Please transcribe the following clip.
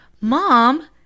mom